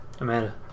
Amanda